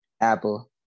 Apple